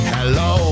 Hello